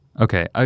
Okay